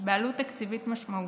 בעלות תקציבית משמעותית,